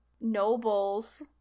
nobles